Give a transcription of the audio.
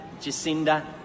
Jacinda